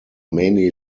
mainly